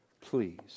Please